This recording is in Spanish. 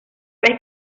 vez